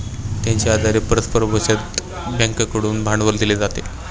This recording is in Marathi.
त्यांच्या आधारे परस्पर बचत बँकेकडून भांडवल दिले जाते